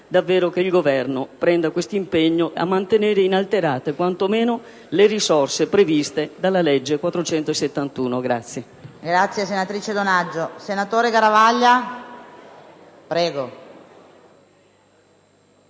quindi che il Governo prenda questo impegno a mantenere inalterate quantomeno le risorse previste dalla legge n. 431.